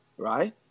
Right